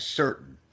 certain